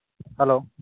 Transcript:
hello